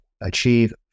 achieve